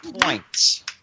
points